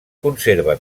conserva